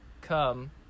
come